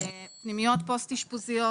פנימית פוסט-אשפוזיות,